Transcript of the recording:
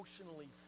emotionally